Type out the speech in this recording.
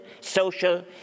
social